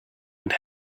and